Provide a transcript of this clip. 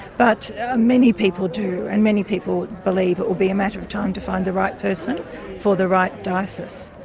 but many people do and many people believe it will be a matter of time to find the right person for the right diocese.